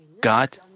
God